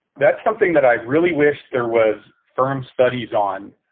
that's something that i really wish there was firm studies on.